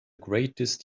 greatest